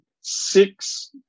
six